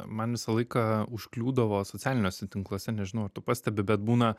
man visą laiką užkliūdavo socialiniuose tinkluose nežinau ar tu pastebi bet būna